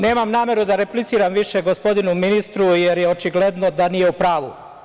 Nemam nameru da repliciram više gospodinu ministru jer je očigledno da nije u pravu.